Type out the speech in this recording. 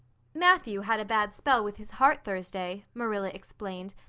matthew had a bad spell with his heart thursday, marilla explained,